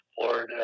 Florida